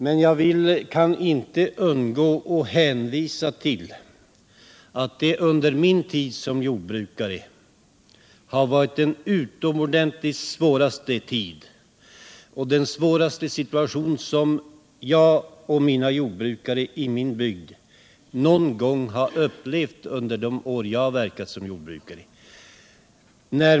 Men jag kan inte underlåta att hänvisa till att denna period varit den svåraste som vi jordbrukare i min bygd har upplevt — det gäller om jag ser tillbaka på alla de år jag har verkat som jordbrukare.